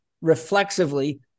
reflexively